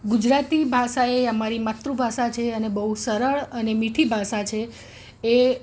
ગુજરાતી ભાષા એ અમારી માતૃભાષા છે અને બહુ સરળ અને મીઠી ભાષા છે